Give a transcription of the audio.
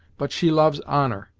but she loves honor,